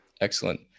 Excellent